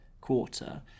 quarter